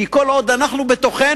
כי כל עוד אנחנו בתוכנו,